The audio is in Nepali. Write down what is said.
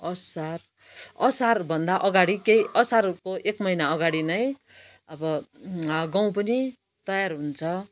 असार असार भन्दा अगाडि केही असारको एक महिना अगाडि नै अब गहुँ पनि तयार हुन्छ